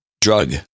drug